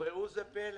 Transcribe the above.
וראו זה פלא